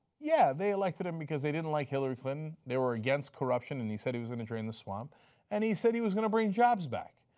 yeah, they elected him because they didn't like hillary clinton, they were against corruption and he said he was going to drain the swamp and he said he was going to bring jobs back.